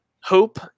hope